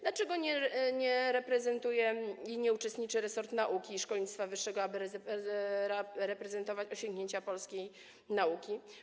Dlaczego nie reprezentuje tego ani nie uczestniczy w tym resort nauki i szkolnictwa wyższego, aby prezentować osiągnięcia polskiej nauki?